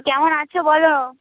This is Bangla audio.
কেমন আছ বলো